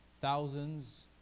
thousands